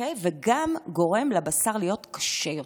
וגם גורם לבשר להיות קשה יותר.